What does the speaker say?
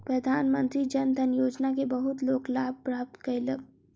प्रधानमंत्री जन धन योजना के बहुत लोक लाभ प्राप्त कयलक